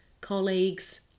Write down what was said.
colleagues